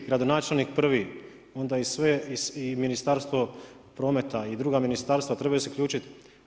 Gradonačelnik prvi, onda i Ministarstvo prometa i druga ministarstva trebaju se uključiti.